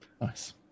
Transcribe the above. nice